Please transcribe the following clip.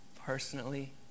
personally